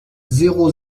zéro